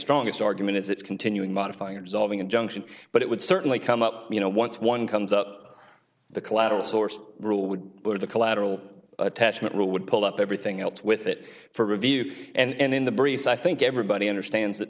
strongest argument is it's continuing modifying absolving injunction but it would certainly come up you know once one comes up the collateral source rule would go to the collateral attachment rule would pull up everything else with it for review and in the briefs i think everybody understands that